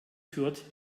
fürth